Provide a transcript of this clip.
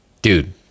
Dude